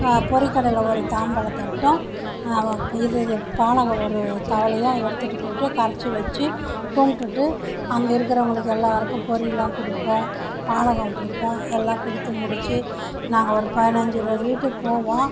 பொரிகடலை ஒரு தாம்பாளத்தட்டும் இது இது பானகம் ஒரு தவலையும் எடுத்துட்டு போயிட்டு கரச்சு வச்சு கும்பிட்டுட்டு அங்கே இருக்கிறவங்களுக்கு எல்லாருக்கும் பொரிலாம் கொடுப்போம் பானகம் கொடுப்போம் எல்லாம் கொடுத்து முடித்து நாங்கள் ஒரு பதினஞ்சு இருபது வீட்டுக்குப் போவோம்